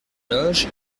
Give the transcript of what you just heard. loge